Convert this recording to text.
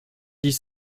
dix